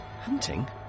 Hunting